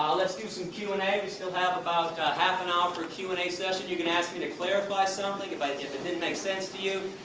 let's do some q and a, we still have about half an hour for q and a session. you can ask me to clarify something but if it didn't make sense to you,